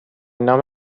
نام